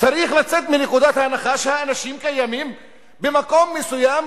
צריך לצאת מנקודת הנחה שהאנשים קיימים במקום מסוים,